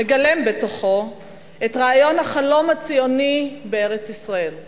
מגלם בתוכו את רעיון החלום הציוני בארץ-ישראל.